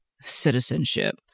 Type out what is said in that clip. citizenship